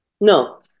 No